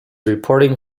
reporting